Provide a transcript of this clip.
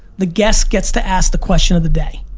the guest gets to ask the question of the day.